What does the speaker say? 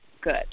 good